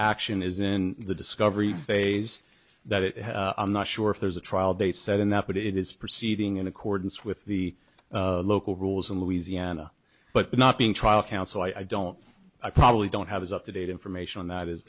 action is in the discovery phase that it i'm not sure if there's a trial date set in that but it is proceeding in accordance with the local rules in louisiana but not being trial counsel i don't i probably don't have as up to date information on that as